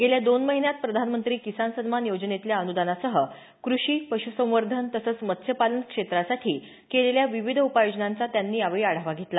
गेल्या दोन महिन्यात प्रधानमंत्री किसान सन्मान योजनेतल्या अनुदानासह कृषी पशुसंवर्धन तसंच मत्स्यपालन क्षेत्रासाठी केलेल्या विविध उपाययोजनांचा त्यांनी यावेळी आढावा घेतला